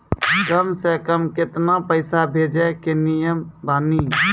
कम से कम केतना पैसा भेजै के नियम बानी?